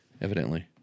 Evidently